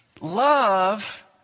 Love